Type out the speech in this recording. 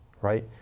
right